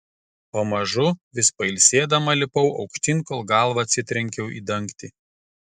pamažu vis pailsėdama lipau aukštyn kol galva atsitrenkiau į dangtį